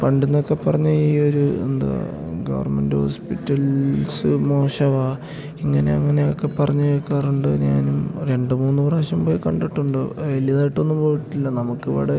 പണ്ട് എന്നൊക്കെ പറഞ്ഞാൽ ഈ ഒരു എന്താ ഗവർമെൻന്റ് ഹോസ്പിറ്റൽസ് മോശവാ ഇങ്ങനെ അങ്ങനെ ഒക്കെ പറഞ്ഞ് കേൾക്കാറുണ്ട് ഞാനും രണ്ട് മൂന്ന് പ്രാവശ്യം പോയി കണ്ടിട്ടുണ്ട് വലുതായിട്ട് ഒന്നും പോയിട്ടില്ല നമുക്ക് അവിടെ